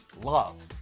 love